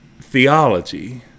theology